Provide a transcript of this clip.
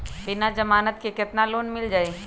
बिना जमानत के केतना लोन मिल जाइ?